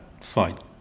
fight